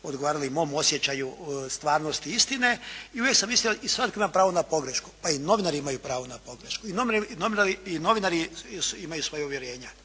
odgovarali mom osjećaju stvarnosti istine, i uvijek sam mislio svak ima pravo na pogrešku, pa i novinari imaju pravo na pogrešku. I novinari imaju svoja uvjerenja